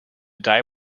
dye